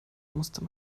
musste